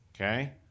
Okay